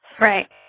Right